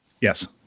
Yes